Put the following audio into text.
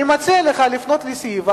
אני מציע לך לפנות לסעיף,